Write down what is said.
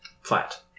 Flat